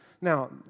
Now